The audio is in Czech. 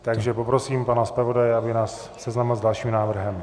Takže poprosím pana zpravodaje, aby nás seznámil s dalším návrhem.